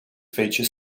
feature